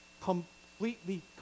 completely